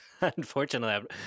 unfortunately